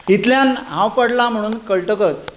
इतल्यान हांव पडलां म्हूण कळटकच